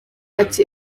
ati